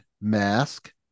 Mask